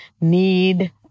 need